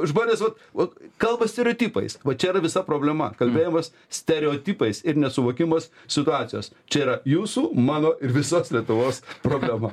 žmonės vat vat kalba stereotipais va čia yra visa problema kalbėjimas stereotipais ir nesuvokimas situacijos čia yra jūsų mano ir visos lietuvos problema